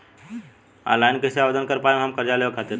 Online कइसे आवेदन कर पाएम हम कर्जा लेवे खातिर?